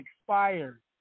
expired